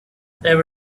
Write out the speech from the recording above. there